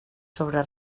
sobre